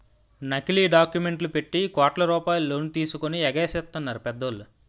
నకిలీ డాక్యుమెంట్లు పెట్టి కోట్ల రూపాయలు లోన్ తీసుకొని ఎగేసెత్తన్నారు పెద్దోళ్ళు